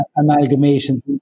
amalgamation